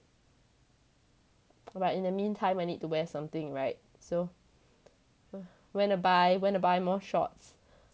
right in the meantime I need to wear something right so went to buy went to buy more shorts